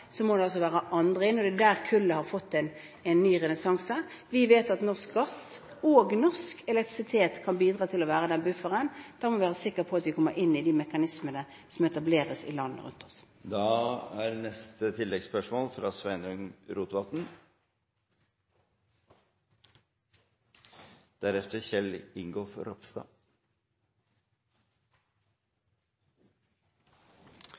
må andre inn. Det er der kullet har fått en renessanse. Vi vet at norsk gass og norsk elektrisitet kan bidra til å være den bufferen. Da må vi være sikre på at vi kommer inn i de mekanismene som etableres i landene rundt oss. Sveinung Rotevatn – til oppfølgingsspørsmål. Venstre er